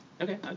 okay